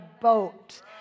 boat